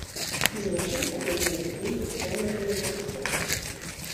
užrašai apie mano sūnų džonataną kristoferį